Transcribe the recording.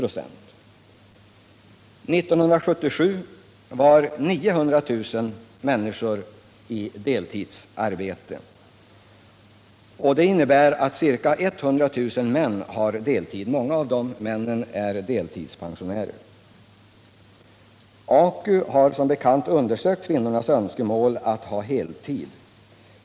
År 1977 var 900 000 människor i deltidsarbete, och det innebär att ca 100 000 män har deltid. Många av dessa är deltidspensionärer. AKU har som bekant undersökt kvinnornas önskemål att ha heltid.